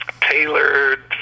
tailored